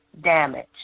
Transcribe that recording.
damage